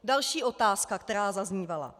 Další otázka, která zaznívala.